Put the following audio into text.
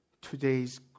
today's